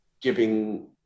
giving